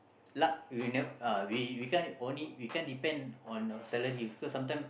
luck we never uh we can't only we can't depend on our salary cause sometime